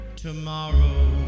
Tomorrow